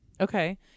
Okay